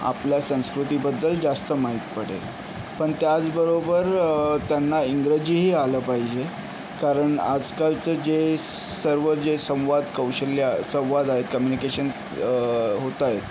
आपल्या संस्कृतीबद्दल जास्त माहीत पडेल पण त्याचबरोबर त्यांना इंग्रजीही आलं पाहिजे कारण आजकालचं जे सर्व जे संवादकौशल्य संवाद आहेत कम्युनिकेशनस् होत आहेत